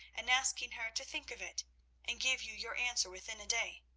and asking her to think of it and give you your answer within a day.